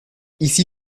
ici